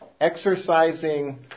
exercising